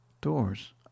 doors